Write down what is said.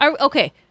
Okay